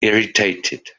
irritated